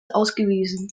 ausgewiesen